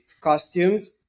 costumes